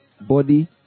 body